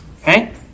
Okay